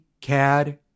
CAD